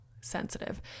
sensitive